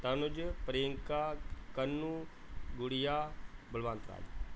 Tanuj Priyanka Kannu Gudiya Balwant Raj